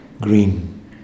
Green